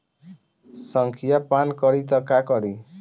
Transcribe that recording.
संखिया पान करी त का करी?